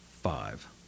Five